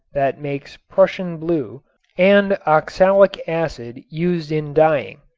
that makes prussian blue and oxalic acid used in dyeing.